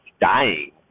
dying